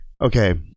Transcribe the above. okay